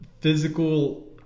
physical